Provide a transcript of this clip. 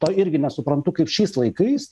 to irgi nesuprantu kaip šiais laikais